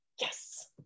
yes